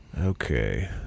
Okay